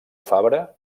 fabra